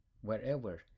wherever